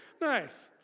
Nice